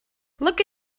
look